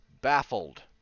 baffled